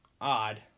odd